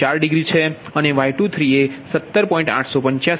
4 ડિગ્રી છે અને Y23એ 17